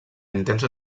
intensa